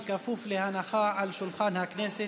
בכפוף להנחה על שולחן הכנסת,